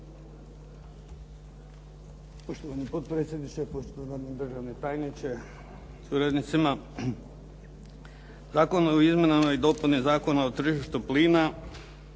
Poštovani potpredsjedniče, poštovani državni tajniče sa suradnicima. Zakon o izmjenama i dopuni Zakona o tržištu plina